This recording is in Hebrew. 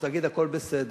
ולהגיד: הכול בסדר.